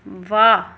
ਵਾਹ